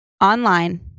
online